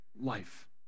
life